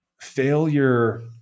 Failure